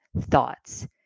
thoughts